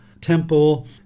temple